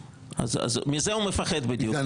מזה הוא מפחד בדיוק,